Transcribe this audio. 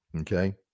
Okay